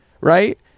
right